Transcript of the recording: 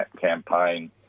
campaign